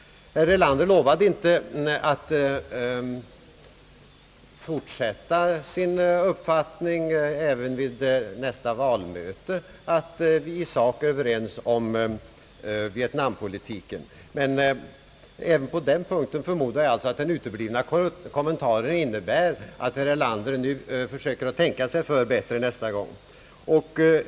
Herr Erlander lovade inte att vid nästa valmöte vidhålla sin uppfattning att vi i sak är oense om vietnampoli tiken. Men också på den punkten förmodar jag att den uteblivna kommentaren innebär att herr Erlander försöker att tänka sig för bättre nästa gång.